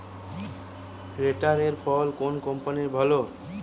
রোটারের ফল কোন কম্পানির ভালো?